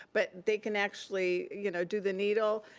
but they can actually you know do the needle,